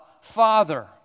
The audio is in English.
Father